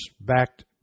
backed